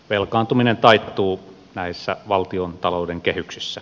velkaantuminen taittuu näissä valtiontalouden kehyksissä